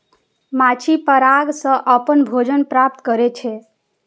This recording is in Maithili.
माछी पराग सं अपन भोजन प्राप्त करै छै